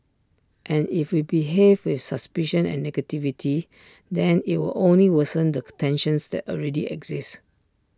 and if we behave with suspicion and negativity then IT will only worsen the tensions that already exist